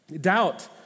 Doubt